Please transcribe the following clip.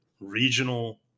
regional